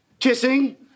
Kissing